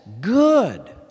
good